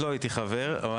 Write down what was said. לא הייתי חבר בוועדת הבריאות,